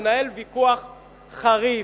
לנהל ויכוח חריף,